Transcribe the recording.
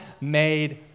made